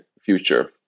future